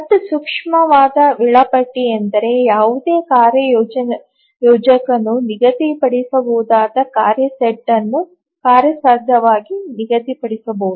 ಮತ್ತು ಸೂಕ್ತವಾದ ವೇಳಾಪಟ್ಟಿ ಎಂದರೆ ಯಾವುದೇ ಕಾರ್ಯಯೋಜಕನು ನಿಗದಿಪಡಿಸಬಹುದಾದ ಕಾರ್ಯ ಸೆಟ್ ಅನ್ನು ಕಾರ್ಯಸಾಧ್ಯವಾಗಿ ನಿಗದಿಪಡಿಸಬಹುದು